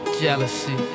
jealousy